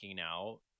out